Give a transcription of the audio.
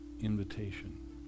invitation